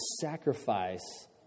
sacrifice